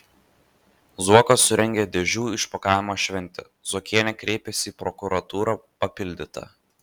zuokas surengė dėžių išpakavimo šventę zuokienė kreipėsi į prokuratūrą papildyta